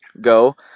go